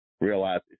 Realize